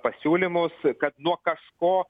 pasiūlymus kad nuo kažko